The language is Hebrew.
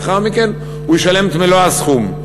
לאחר מכן הוא ישלם את מלוא הסכום.